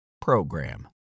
program